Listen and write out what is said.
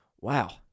Wow